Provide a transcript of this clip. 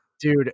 Dude